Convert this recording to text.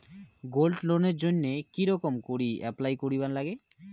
Gold লোনের জইন্যে কি রকম করি অ্যাপ্লাই করিবার লাগে?